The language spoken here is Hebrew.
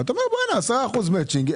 ואתה אומר 10% מצ'ינג,